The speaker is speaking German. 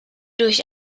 durch